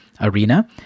arena